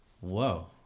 Whoa